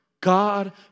God